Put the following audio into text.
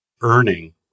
earning